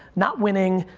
not winning,